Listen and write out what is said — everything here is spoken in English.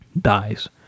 dies